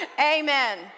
Amen